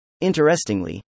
Interestingly